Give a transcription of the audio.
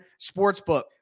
sportsbook